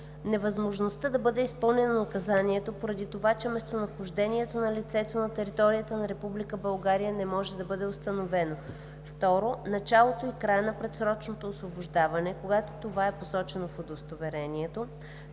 невъзможността да бъде изпълнено наказанието поради това, че местонахождението на лицето на територията на Република България не може да бъде установено; 2. началото и края на предсрочното освобождаване, когато това е посочено в удостоверението;